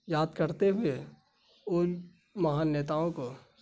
یاد کرتے ہوئے ان مہان نیتاؤں کو